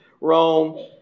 Rome